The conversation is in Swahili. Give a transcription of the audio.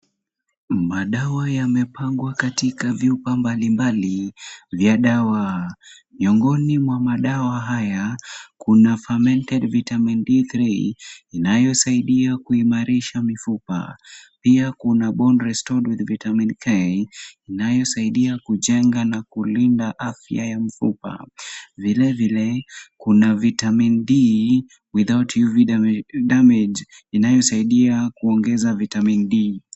Madawa yamepangwa katika vyupa mbalimbali vya dawa. Miongoni mwa madawa haya kuna Fermented Vitamin D3 inayosaidia kuimarisha mifupa. Pia kuna Bone Restored with Vitamin K inayosaidia kujenga na kulinda afya ya mfupa. Vile vile kuna Vitamin D without UV damage inayosaidia kuongeza vitamin D .